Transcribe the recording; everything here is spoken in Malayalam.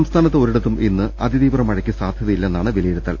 സംസ്ഥാനത്ത് ഒരി ടത്തും ഇന്ന് അതി തീവ്ര മഴയ്ക്ക് സാധൃതയില്ലെന്നാണ് വിലയിരു ത്തൽ